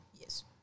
yes